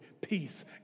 peace